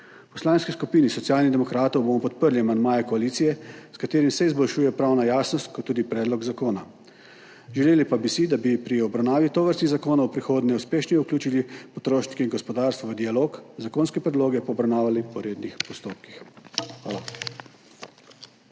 Poslanski skupini Socialnih demokratov bomo podprli amandmaje koalicije, s katerimi se izboljšuje pravna jasnost, kot tudi predlog zakona. Želeli pa bi si, da bi pri obravnavi tovrstnih zakonov v prihodnje uspešneje vključili potrošnike in gospodarstvo v dialog, zakonske predloge pa obravnavali po rednih postopkih. Hvala.